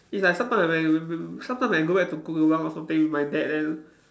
it's like sometimes when we we sometimes when I go back to Kluang or something with my dad then